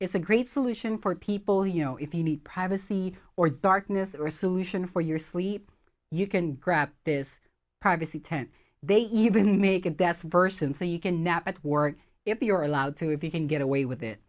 is a great solution for people you know if you need privacy or darkness or a solution for your sleep you can grab this privacy tent they even make it best person so you can nap at work if you're allowed to if you can get away with it